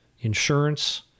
insurance